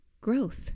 growth